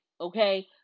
okay